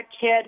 kid